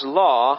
law